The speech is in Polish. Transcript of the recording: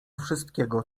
wszystkiego